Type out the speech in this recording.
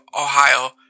Ohio